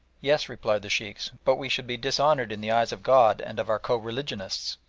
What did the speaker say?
yes, replied the sheikhs, but we should be dishonoured in the eyes of god and of our co-religionists!